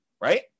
right